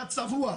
אתה צבוע.